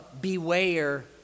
beware